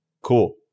Cool